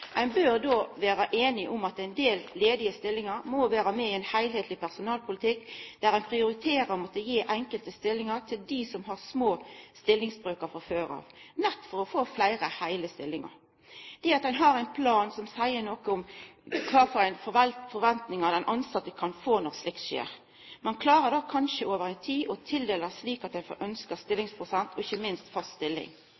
Ein bør vera einig om at ein del ledige stillingar må vera med i ein heilskapleg personalpolitikk, der ein prioriterer å gi enkelte stillingar til dei som har små stillingsbrøkar frå før, nettopp for å få fleire heile stillingar, og at ein har ein plan som seier noko om kva for forventingar den tilsette kan ha når slikt skjer. Ein klarar kanskje over tid å tildela slik at ein får ein ønskt stillingsprosent, og ikkje minst fast stilling,